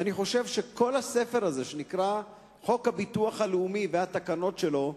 ואני חושב שכל הספר הזה שנקרא חוק הביטוח הלאומי והתקנות שלו,